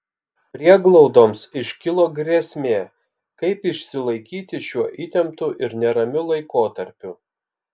prieglaudoms iškilo grėsmė kaip išsilaikyti šiuo įtemptu ir neramiu laikotarpiu